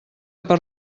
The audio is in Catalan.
per